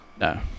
No